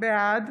בעד